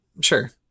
Sure